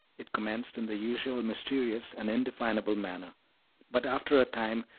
it commenced in the usual mysterious and indefinable manner but after a time,